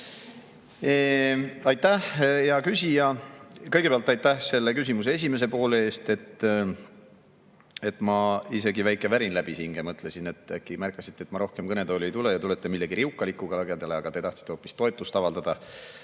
Aitäh, hea küsija! Kõigepealt aitäh selle küsimuse esimese poole eest! Ma – isegi väike värin läbis hinge – mõtlesin, et äkki märkasite, et ma rohkem kõnetooli ei tule, ja tulete millegi riukalikuga lagedale, aga te tahtsite hoopis toetust avaldada.